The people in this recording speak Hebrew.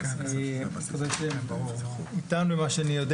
הם איתנו בזום.